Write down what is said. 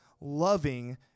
loving